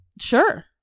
sure